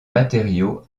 matériau